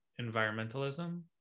environmentalism